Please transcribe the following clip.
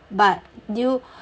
but do you